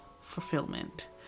fulfillment